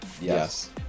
Yes